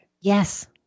Yes